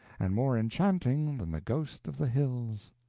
and more enchanting than the ghost of the hills.